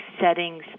settings